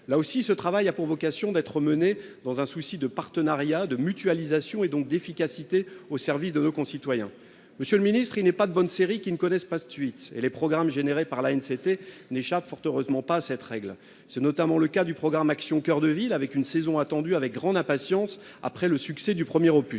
Là aussi, ce travail a pour vocation d'être mené dans un souci de partenariat, de mutualisation et donc d'efficacité, au service de nos concitoyens. Monsieur le ministre, il n'est pas de bonne série qui ne connaisse pas de suite, et les programmes gérés par l'ANCT n'échappent fort heureusement pas à cette règle. C'est notamment le cas du programme Action coeur de ville, dont la prochaine saison est attendue avec grande impatience après le succès du premier.